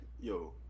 yo